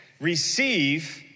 receive